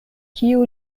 kiu